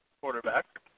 quarterback